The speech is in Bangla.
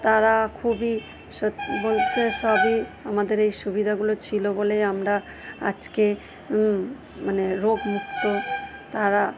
তারা খুবই স বলছে সবই আমাদের এই সুবিধাগুলো ছিল বলেই আমরা আজকে মানে রোগমুক্ত তারা